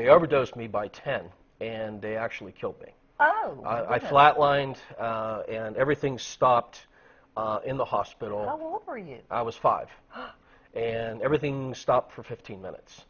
the overdose me by ten and they actually killed me i flatlined and everything stopped in the hospital i was five and everything stopped for fifteen minutes